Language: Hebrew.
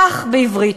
כך בעברית.